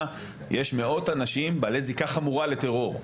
יש מאות אנשים בעלי זיקה חמורה לטרור,